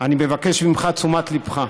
אני מבקש ממך את תשומת ליבך.